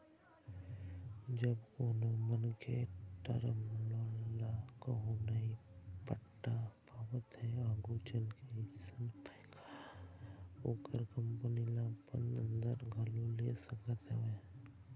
जब कोनो मनखे टर्म लोन ल कहूँ नइ पटा पावत हे आघू चलके अइसन बेंक ह ओखर कंपनी ल अपन अंदर घलोक ले सकत हवय